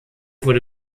wurde